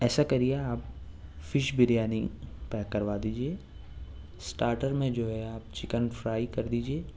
ایسا کریے آپ فش بریانی پیک کروا دیجیے اسٹاٹر میں جو ہے آپ چکن فرائی کر دیجیے